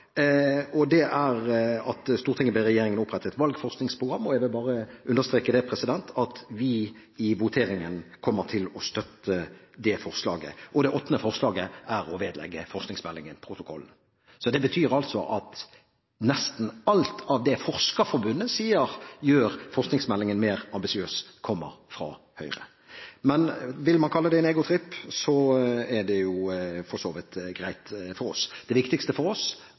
forslag. Det er at Stortinget ber regjeringen opprette et valgforskningsprogram. Jeg vil bare understreke at vi i voteringen kommer til å støtte det forslaget. Det åttende forslaget er å vedlegge forskningsmeldingen protokollen. Det betyr at nesten alt det som Forskerforbundet sier gjør forskningsmeldingen mer ambisiøs, kommer fra Høyre. Men vil man kalle det en egotripp, er det for så vidt greit for oss. Det viktigste for oss